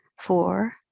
four